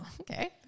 okay